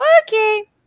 Okay